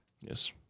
Yes